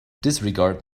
disregard